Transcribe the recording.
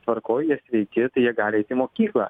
tvarkoj jie sveiki tai jie gali eit į mokyklą